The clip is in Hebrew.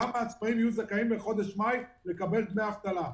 גם העצמאיים יהיו זכאים על חודש מאי לקבל דמי אבטלה.